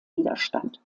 widerstand